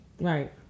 Right